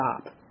stop